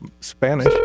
Spanish